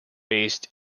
based